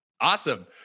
Awesome